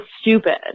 stupid